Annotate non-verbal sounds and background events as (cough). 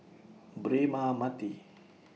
Braema Mathi (noise)